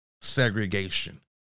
segregation